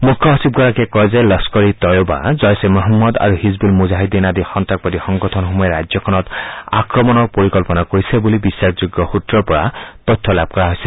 মুখ্য সচিবগৰাকীয়ে কয় যে লস্তৰ ঈ তইবা জইছ এ মহম্মদ আৰু হিজবুল মুজাহিদিন আদি সন্তাসবাদী সংগঠনসমূহে ৰাজ্যখনত আক্ৰমণৰ পৰিকল্পনা কৰিছে বুলি বিশ্বাসযোগ্য সূত্ৰৰ পৰা তথ্য লাভ কৰা হৈছে